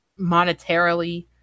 monetarily